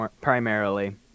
Primarily